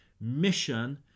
mission